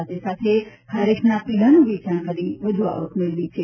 સાથે સાથે ખારેકના પીલાનું વેચાણ કરીને વધુ આવક મેળવી છે